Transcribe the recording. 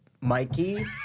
Mikey